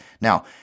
Now